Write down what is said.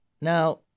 now